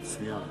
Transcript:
חבר הכנסת חנין,